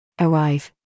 arrive